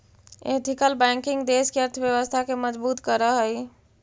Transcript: ethical banking देश के अर्थव्यवस्था के मजबूत करऽ हइ